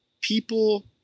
people